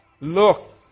Look